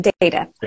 data